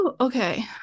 okay